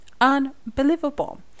Unbelievable